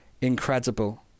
incredible